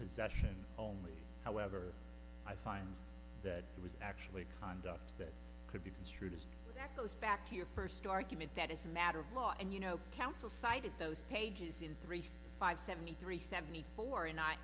possession only however i find that it was actually conduct that could be construed as that goes back to your first argument that as a matter of law and you know counsel cited those pages in three six five seventy three seventy four and i